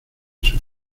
sus